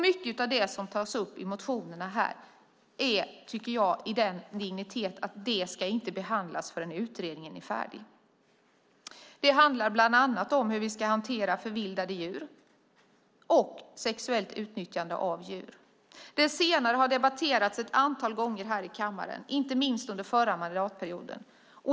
Mycket av det som tas upp i motionerna tycker jag är av den digniteten att det inte ska behandlas förrän utredningen är färdig. Det handlar bland annat om hur vi ska hantera förvildade djur och sexuellt utnyttjande av djur. Det senare har debatterats ett antal gånger här i kammaren, inte minst under förra mandatperioden.